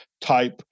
type